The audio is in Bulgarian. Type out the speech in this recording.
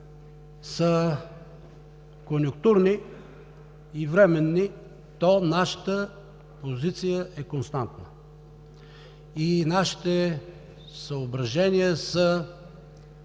са конюнктурни и временни, то нашата позиция е константна. Нашите съображения са